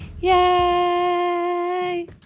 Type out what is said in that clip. yay